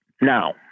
Now